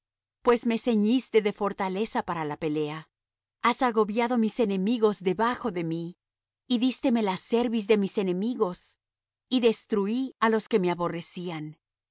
pues me ceñiste de fortaleza para la pelea has agobiado mis enemigos debajo de mí y dísteme la cerviz de mis enemigos y destruí á los que me aborrecían